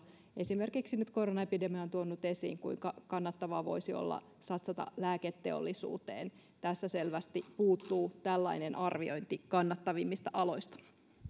esimerkiksi nyt koronaepidemia on tuonut esiin kuinka kannattavaa voisi olla satsata lääketeollisuuteen tästä selvästi puuttuu tällainen arviointi kannattavimmista aloista